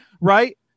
right